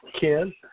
Ken